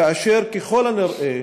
כאשר ככל הנראה